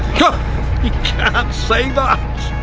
you can't and say that.